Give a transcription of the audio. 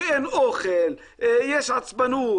ואין אוכל - יש עצבנות,